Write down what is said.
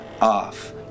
off